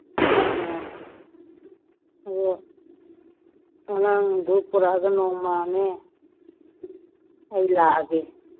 ꯃꯥꯅꯤ ꯃꯥꯅꯤ ꯑꯗꯣ ꯑꯉꯥꯡꯗꯨ ꯄꯨꯔꯛꯑꯒ ꯅꯣꯡꯃꯅꯦ ꯑꯩ ꯂꯥꯛꯑꯒꯦ